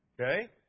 Okay